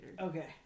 Okay